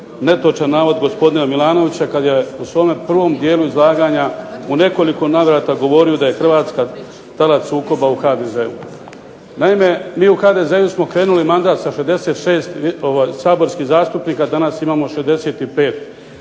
netočan navod gospodina Milanovića kad je u svome prvom dijelu izlaganja u nekoliko navrata govorio da je Hrvatska talac sukoba u HDZ-u. Naime, mi u HDZ-u smo krenuli mandat sa 66 saborskih zastupnika, danas imamo 65,